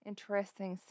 Interesting